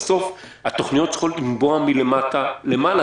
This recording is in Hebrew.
בסוף התוכניות צריכות לנבוע מלמטה למעלה,